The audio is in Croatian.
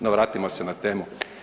No vratimo se na temu.